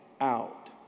out